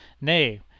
nay